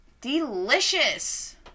Delicious